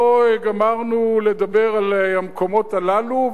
לא גמרנו לדבר על המקומות הללו,